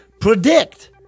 predict